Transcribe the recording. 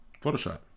photoshop